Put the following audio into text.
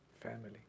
family